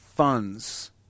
funds